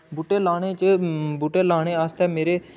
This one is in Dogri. बूह्टे लाने च बूह्टे लाने आस्तै